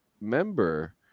member